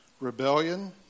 rebellion